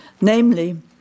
namely